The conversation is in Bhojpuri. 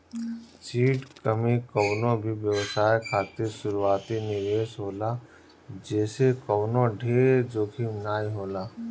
सीड मनी कवनो भी व्यवसाय खातिर शुरूआती निवेश होला जेसे कवनो ढेर जोखिम नाइ होला